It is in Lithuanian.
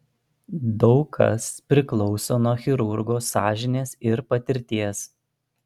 daug kas priklauso nuo chirurgo sąžinės ir patirties